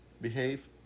behave